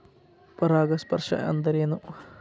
ಪರಾಗಸ್ಪರ್ಶ ಅಂದರೇನು?